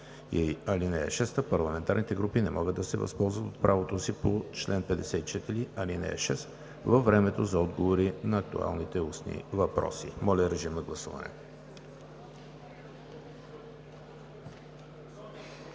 2 и 3. (6) Парламентарните групи не могат да се възползват от правото си по чл. 54, ал. 6 във времето за отговори на актуалните устни въпроси.“ Моля, гласувайте.